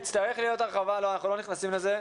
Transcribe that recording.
אנחנו לא נכנסים לזה.